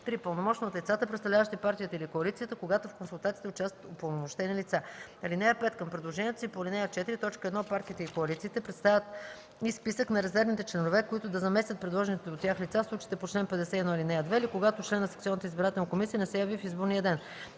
3. пълномощно от лицата, представляващи партията или коалицията, когато в консултациите участват упълномощени лица. (5) Към предложението си по ал. 4, т. 1 партиите и коалициите представят и списък на резервните членове, които да заместят предложените от тях лица, в случаите по чл. 51, ал. 2 или когато член на секционната избирателна